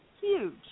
huge